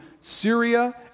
Syria